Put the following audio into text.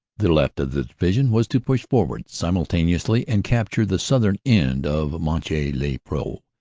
the left of the division was to push for ward simultaneously and capture the southern end of monchy le-preux.